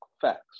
Facts